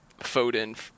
Foden